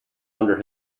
under